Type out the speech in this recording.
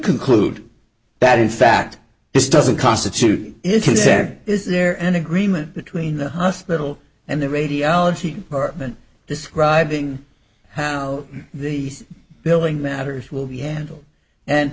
conclude that in fact this doesn't constitute consent is there an agreement between the hospital and the radiology department describing how these billing matters will be handled and